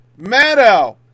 Maddow